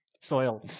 soil